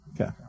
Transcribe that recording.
Okay